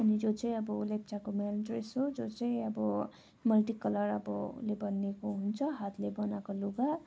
अनि जुन चाहिँ अब लेप्चाको मेन ड्रेस हो जुन चाहिँ अब मल्टी कलर अब ले बनिएको हुन्छ हातले बनाएको लुगा